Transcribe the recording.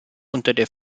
unter